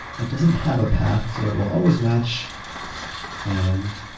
that doesn't have a path so it will always match and